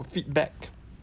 no her feedback